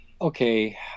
okay